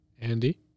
Andy